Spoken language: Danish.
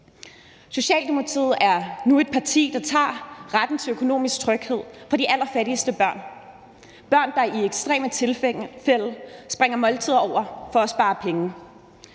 Socialdemokratiet er nu et parti, der tager retten til økonomisk tryghed fra de allerfattigste børn; børn, der i ekstreme tilfælde springer måltider over for at spare penge.